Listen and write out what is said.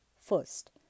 first